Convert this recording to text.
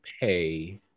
pay